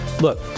Look